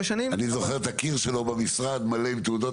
שנים -- אני זוכר את הקיר אצלו במשרד מלא בתעודות